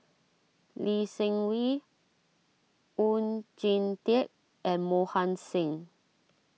Lee Seng Wee Oon Jin Teik and Mohan Singh